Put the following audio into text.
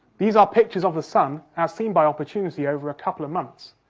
these are pictures of the sun as seen by opportunity over a couple of months.